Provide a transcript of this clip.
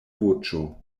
voĉo